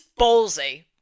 ballsy